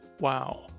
wow